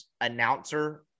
announcer